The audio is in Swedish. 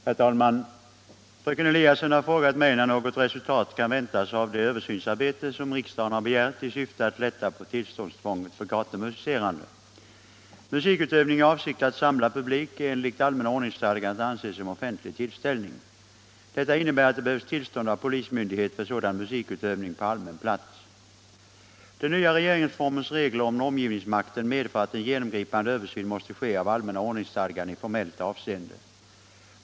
Herr talman! Fröken Eliasson har frågat mig när något resultat kan väntas av det översynsarbete riksdagen har begärt i syfte att lätta på tillståndstvånget för gatumusicerande. Musikutövning i avsikt att samla publik är enligt allmänna ordningsstadgan att anse som offentlig tillställning. Detta innebär att det behövs tillstånd av polismyndighet för sådan musikutövning på allmän plats. Den nya regeringsformens regler om normgivningsmakten medför att en genomgripande översyn måste ske av allmänna ordningsstadgan i formellt avseende.